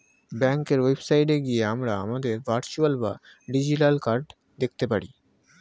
ব্যাঙ্কের ওয়েবসাইটে গিয়ে আমরা আমাদের ভার্চুয়াল বা ডিজিটাল কার্ড দেখতে পারি